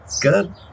good